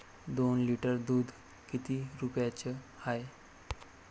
दोन लिटर दुध किती रुप्याचं हाये?